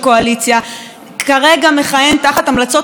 כרגע מכהן תחת המלצות משטרה בעבירה חמורה